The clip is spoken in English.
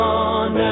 on